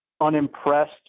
unimpressed